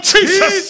Jesus